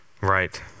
Right